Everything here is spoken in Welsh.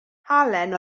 halen